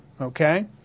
Okay